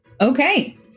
Okay